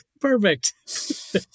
Perfect